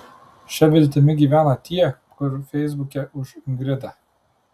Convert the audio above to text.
šia viltimi gyvena tie kur feisbuke už ingridą